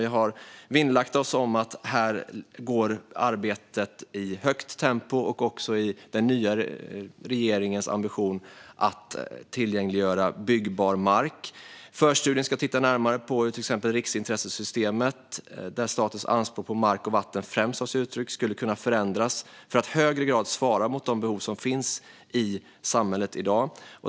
Vi har vinnlagt oss om att arbetet ska bedrivas i högt tempo och i enlighet med den nya regeringens ambition att tillgängliggöra byggbar mark. Förstudien ska titta närmare på till exempel hur riksintressesystemet, där statens anspråk på mark och vatten främst tar sig uttryck, skulle kunna förändras för att i högre grad svara mot de behov som finns i samhället i dag.